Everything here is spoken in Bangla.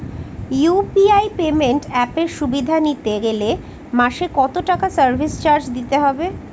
ইউ.পি.আই পেমেন্ট অ্যাপের সুবিধা নিতে গেলে মাসে কত টাকা সার্ভিস চার্জ দিতে হবে?